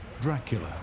Dracula